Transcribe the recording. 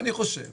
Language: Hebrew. אני חושב